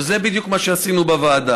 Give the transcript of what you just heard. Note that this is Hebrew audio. וזה בדיוק מה שעשינו בוועדה.